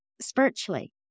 spiritually